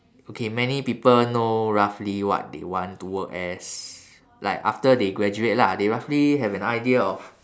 okay many people know roughly what they want to work as like after they graduate lah they roughly have an idea of